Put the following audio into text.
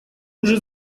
уже